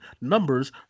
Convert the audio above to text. numbers